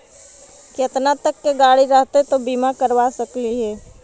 केतना तक के गाड़ी रहतै त बिमा करबा सकली हे?